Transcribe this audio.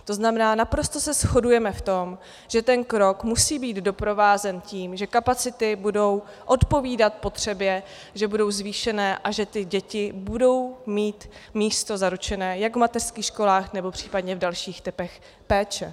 To znamená, naprosto se shodujeme v tom, že ten krok musí být doprovázen tím, že kapacity budou odpovídat potřebě, že budou zvýšené a že ty děti budou mít místo zaručené jak v mateřských školách, nebo případně v dalších typech péče.